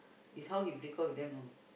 is how he break off with them you know